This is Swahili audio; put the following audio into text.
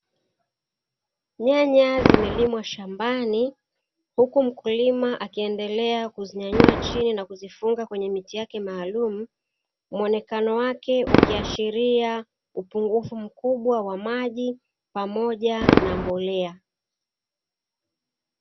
Nyanya zimelimwa shambani huku mkulima akiendelea kuzinyanyua chini na kuzifunga kwenye miti yake maalumu, muonekano wake ukiashiria upungufu mkubwa wa maji pamoja na mbolea.